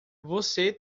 você